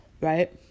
right